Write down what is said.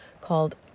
called